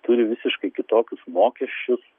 turi visiškai kitokius mokesčius